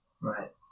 Right